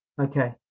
okay